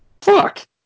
fuck